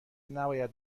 نباید